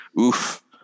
oof